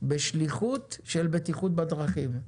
בשליחות של בטיחות בדרכים.